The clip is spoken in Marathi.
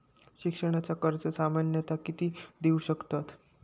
शिक्षणाचा कर्ज सामन्यता किती देऊ शकतत?